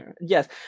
Yes